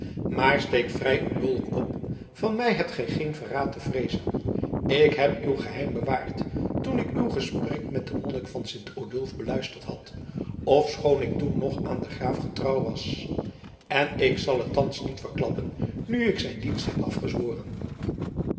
maar steek vrij uw dolk op van mij hebt gij geen verraad te vreezen ik heb uw geheim bewaard toen ik uw gesprek met den monnik van sint odulf beluisterd had ofschoon ik toen nog aan den graaf getrouw was en ik zal het thans niet verklappen nu ik zijn dienst heb afgezworen